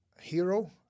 hero